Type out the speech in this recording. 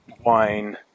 wine